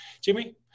Jimmy